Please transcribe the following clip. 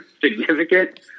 Significant